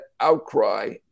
outcry